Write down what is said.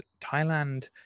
Thailand